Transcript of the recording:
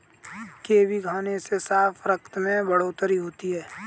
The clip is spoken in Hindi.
कीवी खाने से साफ रक्त में बढ़ोतरी होती है